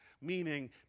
meaning